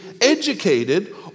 educated